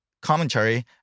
commentary